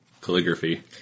calligraphy